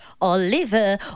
Oliver